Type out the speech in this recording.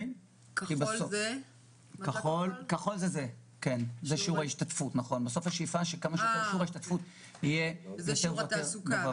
כי השאיפה היא ששיעור ההשתתפות יהיה יותר ויותר גבוה.